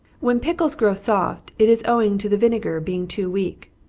when pickles grow soft, it is owing to the vinegar being too weak.